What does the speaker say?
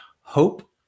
Hope